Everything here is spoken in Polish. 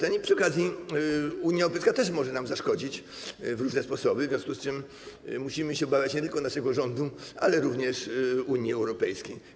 I przy okazji Unia Europejska też może nam zaszkodzić na różne sposoby, w związku z czym musimy się obawiać nie tylko naszego rządu, ale również Unii Europejskiej.